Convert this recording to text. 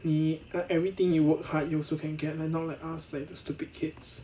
你 err everything you work hard you also can get lor not like us the stupid kids